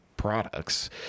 products